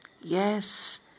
Yes